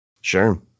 Sure